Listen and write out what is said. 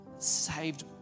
Saved